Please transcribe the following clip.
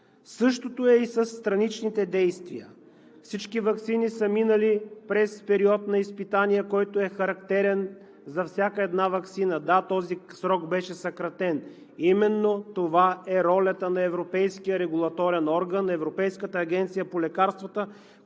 Същото е и със страничните действия. Всички ваксини са минали през период на изпитание, който е характерен за всяка една ваксина. Да, този срок беше съкратен. Именно това е ролята на европейския регулаторен орган – Европейската агенция по лекарствата,